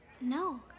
No